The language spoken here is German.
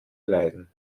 leiden